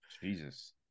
Jesus